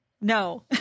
no